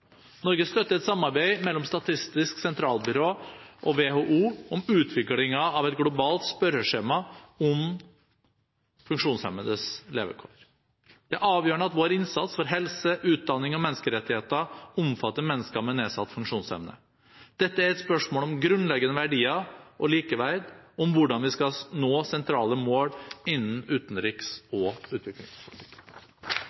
Norge støtter et samarbeid mellom Statistisk sentralbyrå og WHO om utviklingen av et globalt spørreskjema om funksjonshemmedes levekår. Det er avgjørende at vår innsats for helse, utdanning og menneskerettigheter omfatter mennesker med nedsatt funksjonsevne. Dette er et spørsmål om grunnleggende verdier og likeverd og om hvordan vi skal nå sentrale mål innen utenriks-